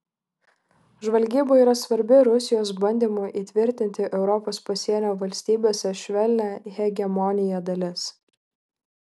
žvalgyba yra svarbi rusijos bandymų įtvirtinti europos pasienio valstybėse švelnią hegemoniją dalis